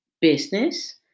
business